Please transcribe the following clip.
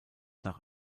nach